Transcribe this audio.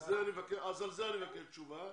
אז על זה אני מבקש תשובה.